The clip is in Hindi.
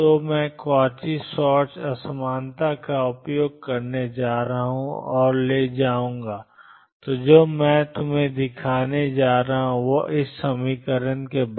तो मैं कॉची श्वार्ट्ज असमानता का उपयोग करने जा रहा हूं और ले जाऊंगा तो मैं जो दिखाने जा रहा हूं वह है ⟨x ⟨x⟩p ⟨p⟩⟩